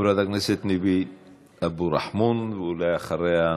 חברת הכנסת ניבין אבו רחמון, ואחריה,